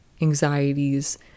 anxieties